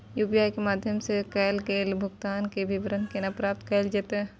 UPI के माध्यम सं कैल गेल भुगतान, के विवरण केना प्राप्त कैल जेतै?